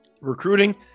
Recruiting